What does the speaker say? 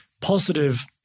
positive